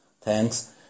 Thanks